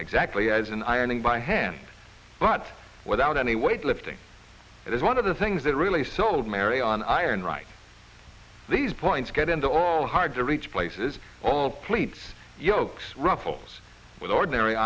exactly as in ironing by hand but without any weight lifting it is one of the things that really sold mary on iron right these points get into all hard to reach places all pleats yokes ruffles with ordinary